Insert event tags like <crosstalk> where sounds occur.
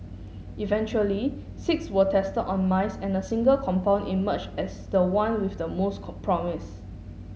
eventually six were tested on mice and a single compound emerged as the one with the most <unintelligible> promise